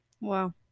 Wow